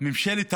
ממשלת הבושה.